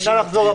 נא לחזור הביתה.